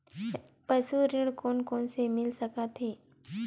पशु ऋण कोन कोन ल मिल सकथे?